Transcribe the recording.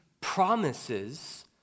promises